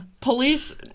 police